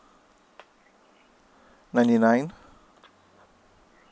ninety nine